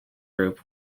group